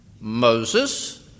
Moses